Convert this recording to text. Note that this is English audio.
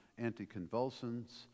anticonvulsants